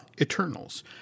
Eternals